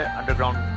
underground